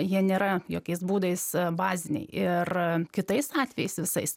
jie nėra jokiais būdais baziniai ir kitais atvejais visais